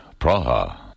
Praha